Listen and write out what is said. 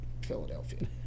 Philadelphia